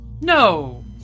No